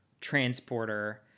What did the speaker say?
transporter